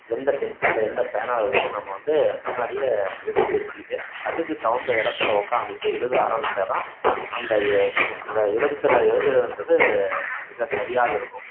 எந்த பென்சிலில் எந்த பேனாவில் எழுதணும் நம்ம வந்து முன்னாடியே எடுத்து வச்சிக்கிட்டு அதுக்குத் தகுந்த இடத்துல உட்காந்துக்கிட்டு எழுத ஆரமிச்சால் தான் அந்த ஏ அந்த எழுத்துற எழுதுகிறதுன்றது மிக சரியாக இருக்கும்